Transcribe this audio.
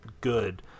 good